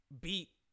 beat